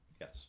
Yes